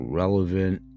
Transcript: relevant